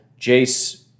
Jace